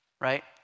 Right